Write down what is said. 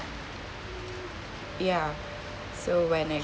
ya so when I